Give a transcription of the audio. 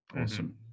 Awesome